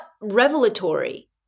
revelatory